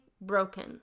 broken